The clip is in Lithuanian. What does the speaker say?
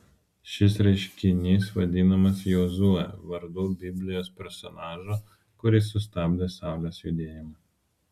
šis reiškinys vadinamas jozue vardu biblijos personažo kuris sustabdė saulės judėjimą